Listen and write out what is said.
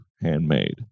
handmade